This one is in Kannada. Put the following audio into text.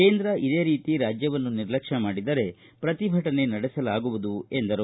ಕೇಂದ್ರ ಇದೇ ರೀತಿ ರಾಜ್ಯವನ್ನು ನಿರ್ಲಕ್ಷ್ಕ ಮಾಡಿದರೆ ಪ್ರತಿಭಟನೆ ನಡೆಸಲಾಗುವುದು ಎಂದರು